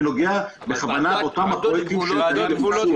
אני נוגע בכוונה באותם פרויקטים --- לביצוע.